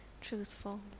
truthful